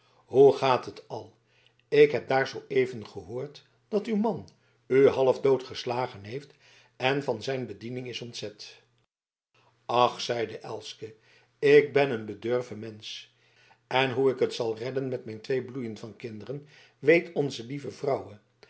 hoe gaat het al ik heb daar zooeven gehoord dat uw man u half dood geslagen heeft en van zijn bediening is ontzet ach zeide elske ik ben een bedurven mensch en hoe ik het zal redden met mijn twee bloeien van kinderen weet onze lieve vrouwe